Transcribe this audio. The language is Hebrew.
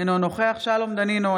אינו נוכח שלום דנינו,